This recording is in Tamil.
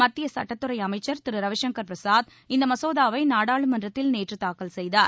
மத்திய சட்டத்துறை அமைச்சர் திரு ரவிசங்கர் பிரசாத் இந்த மசோதாவை நாடாளுமன்றத்தில் நேற்று தாக்கல் செய்தார்